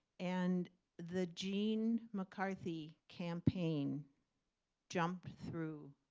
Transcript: and the gene mccarthy campaign jumped through